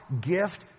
gift